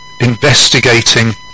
investigating